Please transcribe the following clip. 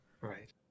Right